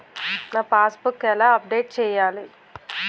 నా passbook ఎలా update చేయాలి?